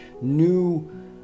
new